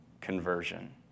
conversion